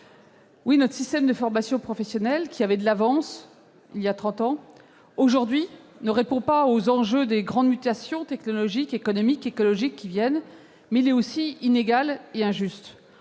notre système de formation professionnelle, qui avait de l'avance voilà trente ans, ne répond plus aux enjeux des grandes mutations technologiques, économiques et écologiques qui s'annoncent. Il est aussi inégal et injuste.